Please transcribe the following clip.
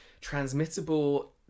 transmittable